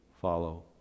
follow